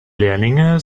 lehrlinge